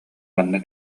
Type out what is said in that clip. манна